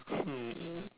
hmm